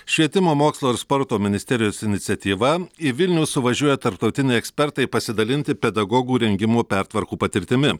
švietimo mokslo ir sporto ministerijos iniciatyva į vilnių suvažiuoja tarptautiniai ekspertai pasidalinti pedagogų rengimo pertvarkų patirtimi